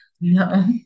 No